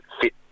fit